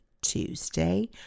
Tuesday